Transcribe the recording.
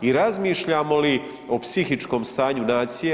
I razmišljamo li o psihičkom stanju nacije?